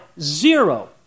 zero